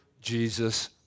Jesus